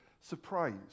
surprise